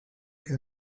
che